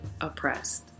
oppressed